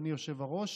אדוני היושב-ראש,